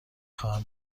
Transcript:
خواهم